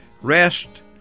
Rest